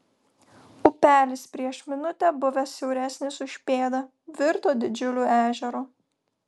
upelis prieš minutę buvęs siauresnis už pėdą virto didžiuliu ežeru